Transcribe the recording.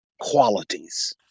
qualities